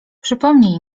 przypomnij